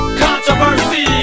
controversy